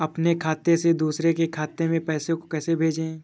अपने खाते से दूसरे के खाते में पैसे को कैसे भेजे?